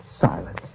silence